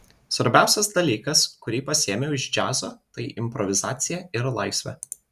svarbiausias dalykas kurį pasiėmiau iš džiazo tai improvizacija ir laisvė